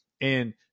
And-